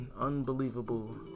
unbelievable